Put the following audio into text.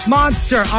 Monster